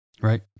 right